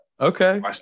Okay